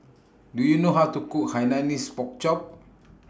Do YOU know How to Cook Hainanese Pork Chop